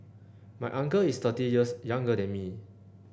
my uncle is thirty years younger than me